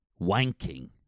wanking